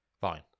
Fine